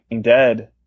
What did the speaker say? Dead